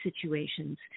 situations